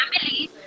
family